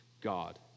God